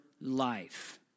life